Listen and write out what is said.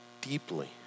deeply